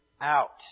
out